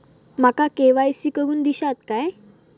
माका के.वाय.सी करून दिश्यात काय?